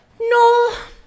No